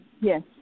yes